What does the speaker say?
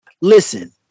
Listen